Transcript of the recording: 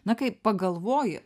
na kai pagalvoji